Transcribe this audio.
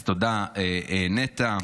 אז תודה, נטע,